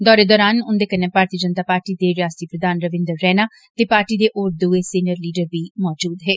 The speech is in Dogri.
दौरे दौरान उन्दे कन्नै भारतीय जनता पार्टी दे रियास्ती प्रधान रविन्द्र रैना ते पार्टी दे होर दुए सीनियर लीडर भी मौजूद हे